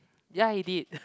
ya he did